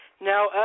now